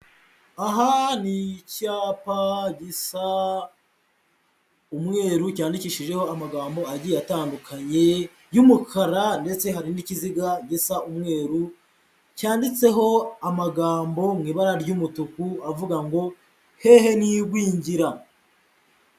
Aha ni icyapa gisa umweru cyandikishijeho amagambo agiye atandukanye y'umukara ndetse hari n'ikiziga gisa umweru, cyanditseho amagambo mu ibara ry'umutuku avuga ngo "hehe n'igwingira."